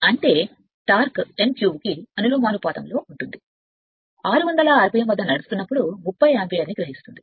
అంటే torque n క్యూబ్కు అనులోమానుపాతంలో 600 ఆర్పిఎమ్ వద్ద నడుస్తున్నప్పుడు 30 యాంపియర్ పడుతుంది